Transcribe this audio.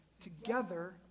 together